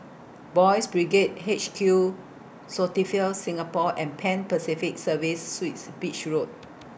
Boys' Brigade H Q feel Singapore and Pan Pacific Serviced Suites Beach Road